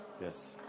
Yes